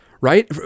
right